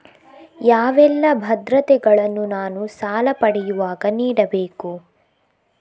ಯಾವೆಲ್ಲ ಭದ್ರತೆಗಳನ್ನು ನಾನು ಸಾಲ ಪಡೆಯುವಾಗ ನೀಡಬೇಕು?